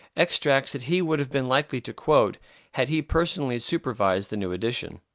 extracts that he would have been likely to quote had he personally supervised the new edition.